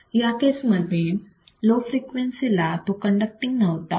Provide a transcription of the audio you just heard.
या केस मध्ये लो फ्रिक्वेन्सीला तो कण्डक्टींग नव्हता